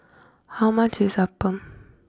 how much is Appam